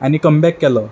आनी कमबॅक केलो